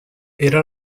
era